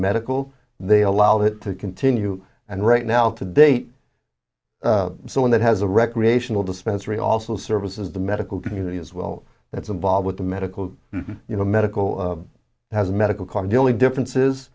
medical they allow it to continue and right now to date so one that has a recreational dispensary also services the medical community as well that's involved with the medical you know medical has a medical card the only difference is